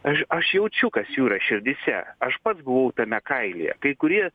aš aš jaučiu kas jų yra širdyse aš pats buvau tame kailyje kai kurie